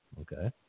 Okay